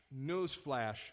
newsflash